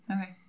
Okay